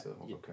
Okay